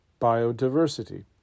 biodiversity